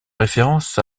référence